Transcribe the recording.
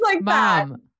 mom